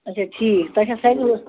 اچھا ٹھیٖک تۄہہِ چھا سایکل